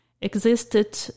existed